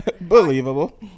Believable